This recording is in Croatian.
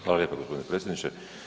Hvala lijepo gospodine predsjedniče.